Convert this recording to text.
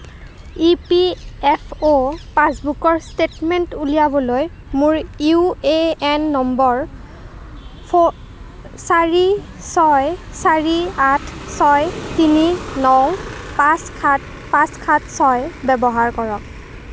ই P F O পাছবুকৰ statement উলিয়াবলৈ মোৰ U A N number four চাৰি ছয় চাৰি আঠ ছয় তিনি ন পাঁচ সাত পাঁচ সাত ছয় ব্যৱহাৰ কৰক